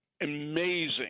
amazing